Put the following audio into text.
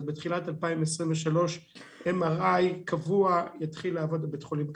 אז בתחילת 2023 MRI קבוע יתחיל לעבוד בבית חולים כרמל.